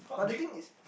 hot did